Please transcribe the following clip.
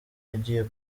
agiye